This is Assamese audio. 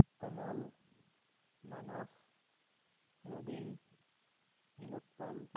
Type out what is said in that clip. কমল মানস ৰবিন নিলোৎপল